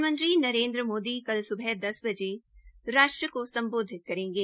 प्रधानमंत्री नरेन्द्र मोदी कल स्बह दस बजे राष्ट्र को सम्बोधित करेंगे